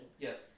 Yes